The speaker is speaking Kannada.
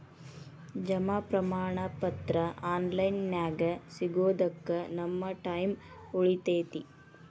ಜಮಾ ಪ್ರಮಾಣ ಪತ್ರ ಆನ್ ಲೈನ್ ನ್ಯಾಗ ಸಿಗೊದಕ್ಕ ನಮ್ಮ ಟೈಮ್ ಉಳಿತೆತಿ